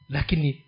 Lakini